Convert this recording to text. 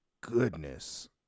goodness